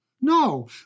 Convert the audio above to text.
no